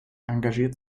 engagiert